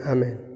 Amen